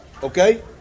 Okay